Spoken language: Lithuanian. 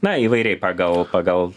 na įvairiai pagal pagal